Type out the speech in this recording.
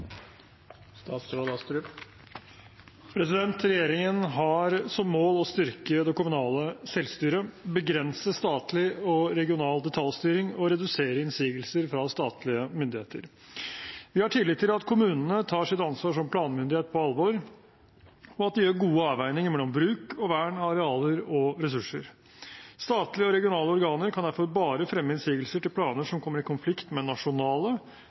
Regjeringen har som mål å styrke det kommunale selvstyret, begrense statlig og regional detaljstyring og redusere innsigelser fra statlige myndigheter. Vi har tillit til at kommunene tar sitt ansvar som planmyndighet på alvor, og at de gjør gode avveininger mellom bruk og vern, arealer og ressurser. Statlige og regionale organer kan derfor bare fremme innsigelser mot planer som kommer i konflikt med nasjonale